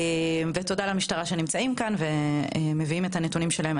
ותודה למשטרה שנמצאים כאן ומביאים את הנתונים שלהם.